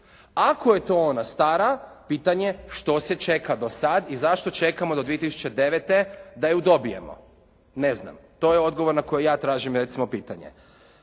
Ako je to ona stara, pitanje je što se čeka do sada i zašto čekamo do 2009. da ju dobijemo. Ne znam. To je odgovor na koji ja tražim recimo pitanje.